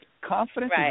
Confidence